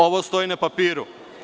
Ovo stoji na papiru.